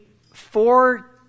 four